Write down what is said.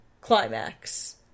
climax